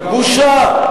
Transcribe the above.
בושה.